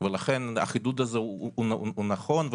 החידוד הזה הוא נכון.